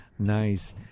Nice